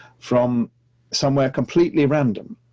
from somewhere completely random.